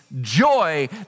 joy